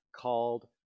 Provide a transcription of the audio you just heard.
called